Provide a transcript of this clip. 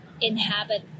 inhabit